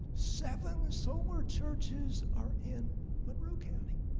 seven the solar churches are in monroe county